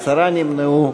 עשרה נמנעו.